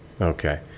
Okay